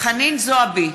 חנין זועבי,